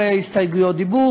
בינינו,